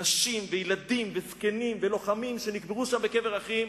נשים וילדים וזקנים ולוחמים שנקברו שם בקבר אחים,